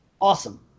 Awesome